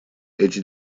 эти